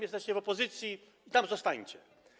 Jesteście w opozycji i tam zostańcie.